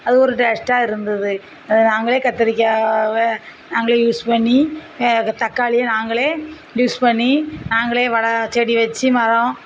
அது ஒரு டேஸ்ட்டாக இருந்தது அது நாங்களே கத்திரிக்காயை நாங்களே யூஸ் பண்ணி தக்காளியை நாங்களே யூஸ் பண்ணி நாங்களே வள செடி வச்சு மரம்